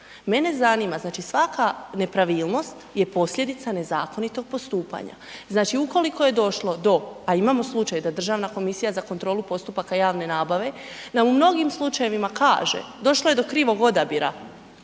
Mene zanima, znači svaka nepravilnost je posljedica nezakonitog postupanja, znači ukoliko je došlo do, a imamo slučaj da Državna komisija za kontrolu postupaka javne nabave na mnogim slučajevima kaže došlo je do krivog odabira,